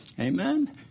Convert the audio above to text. amen